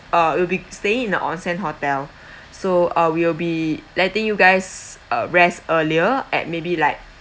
uh will be staying in a onsen hotel so uh we will be letting you guys uh rest earlier at maybe like